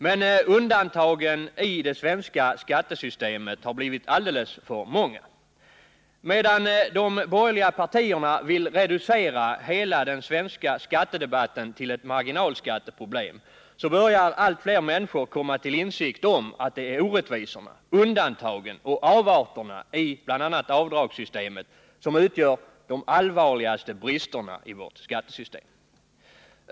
Men undantagen i det svenska skattesystemet har blivit alldeles för många. Medan de borgerliga partierna vill reducera hela den svenska skattedebatten till ett marginalskatteproblem, börjar allt fler människor komma till insikt om att det är orättvisorna, undantagen och avarterna i bl.a. avdragssystemet som utgör de allvarligaste bristerna i vårt skattesystem.